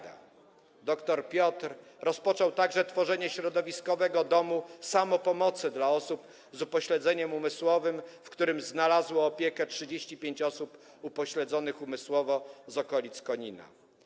Dr Piotr rozpoczął także tworzenie środowiskowego domu samopomocy dla osób z upośledzeniem umysłowym, w którym znalazło opiekę 35 osób upośledzonych umysłowo z okolic Konina.